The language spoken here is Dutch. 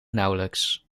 nauwelijks